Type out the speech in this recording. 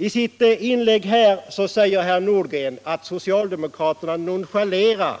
I sitt inlägg här säger herr Nordgren att socialdemokraterna nonchalerar